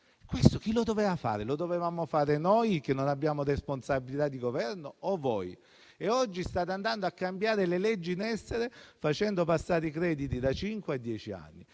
Questo chi lo doveva fare? Lo dovevamo fare noi, che non abbiamo responsabilità di Governo, o voi? Oggi state cambiando le leggi in essere, facendo passare i crediti da cinque a